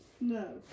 No